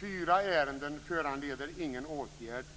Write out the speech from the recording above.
ärenden. 4 ärenden föranleder ingen åtgärd.